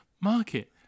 market